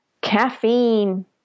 Caffeine